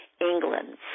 England